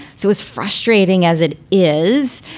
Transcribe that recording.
so as frustrating as it is,